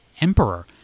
emperor